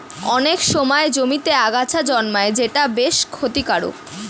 অনেক সময় জমিতে আগাছা জন্মায় যেটা বেশ ক্ষতিকারক